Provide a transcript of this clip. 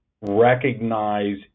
recognize